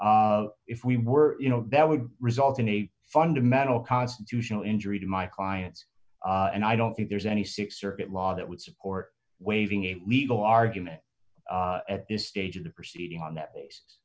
t if we were you know that would result in a fundamental constitutional injury to my client and i don't think there's any six circuit law that would support waiving a legal argument at this stage of the proceeding on that basis